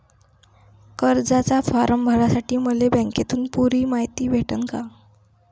कर्जाचा फारम भरासाठी मले बँकेतून पुरी मायती भेटन का?